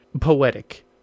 poetic